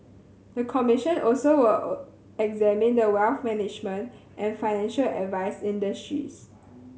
the commission also will examine the wealth management and financial advice industries